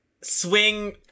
swing